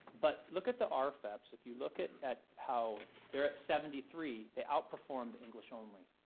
but look at the um rfeps. if you look at at how they're at seventy three, they out perform the english only,